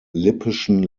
lippischen